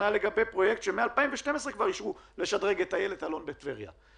וכנ"ל לגבי פרויקט שמ-2012 אישרו לשדרג את טיילת "אלון" בטבריה.